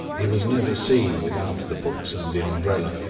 he was never seen without the books and the umbrella,